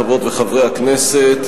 חברות וחברי הכנסת,